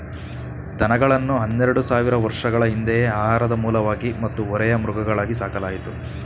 ದನಗಳನ್ನು ಹನ್ನೆರೆಡು ಸಾವಿರ ವರ್ಷಗಳ ಹಿಂದೆಯೇ ಆಹಾರದ ಮೂಲವಾಗಿ ಮತ್ತು ಹೊರೆಯ ಮೃಗಗಳಾಗಿ ಸಾಕಲಾಯಿತು